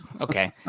Okay